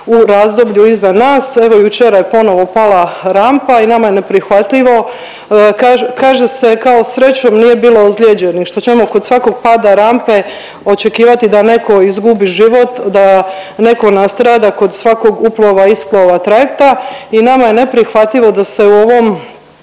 u razdoblju iza nas. Evo jučer je ponovo pala rampa i nama je neprihvatljivo, kaže se kao srećom nije bilo ozlijeđenih, što ćemo kod svakog pada rampe očekivati da neko izgubi život, da neko nastrada kod svakog uplova i isplova trajekta i nama je neprihvatljivo da se u ovom